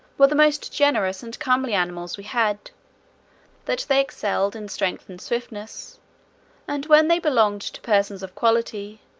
were the most generous and comely animals we had that they excelled in strength and swiftness and when they belonged to persons of quality,